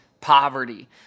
poverty